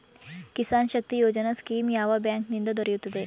Kisan Shakti Yojana scheme ಯಾವ bank ನಿಂದ ದೊರೆಯುತ್ತದೆ?